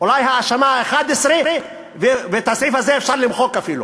אולי ההאשמה ה-11, את הסעיף הזה אפשר למחוק אפילו.